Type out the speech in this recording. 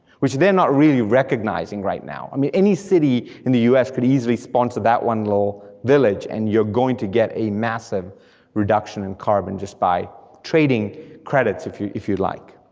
which they're not really recognizing right now, i mean any city in the us could easily sponsor that one little village, and you're going to get a massive reduction in carbon, just by trading credits, if you if you like.